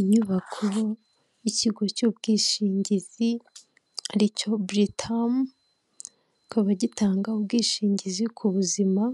Inyubako y'ikigo cy'ubwishingizi ari cyo buritamu kikaba gitanga ubwishingizi ku buzima,